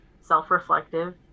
self-reflective